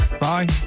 Bye